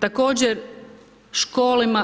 Također,